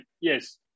Yes